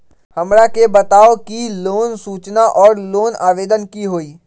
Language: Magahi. हमरा के बताव कि लोन सूचना और लोन आवेदन की होई?